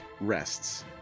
rests